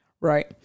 right